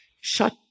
shut